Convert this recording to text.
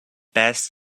best